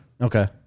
Okay